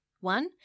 One